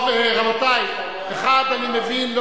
טוב, רבותי, אחד אני מבין.